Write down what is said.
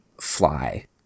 fly